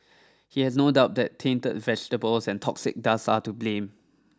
he has no doubt that tainted vegetables and toxic dust are to blame